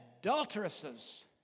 adulteresses